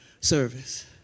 service